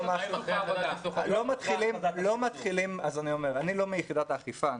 אני לא מיחידת האכיפה.